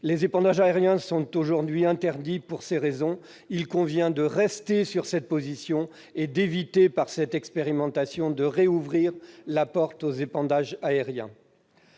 Les épandages aériens sont aujourd'hui interdits pour ces raisons. Il convient de rester sur cette position et d'éviter par cette expérimentation de rouvrir la porte aux épandages aériens.